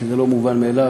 כי זה לא מובן מאליו,